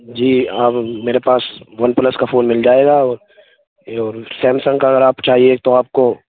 جی آپ میرے پاس ون پلس کا فون مل جائے گا اور سیمسنگ کا اگر آپ چاہیے تو آپ کو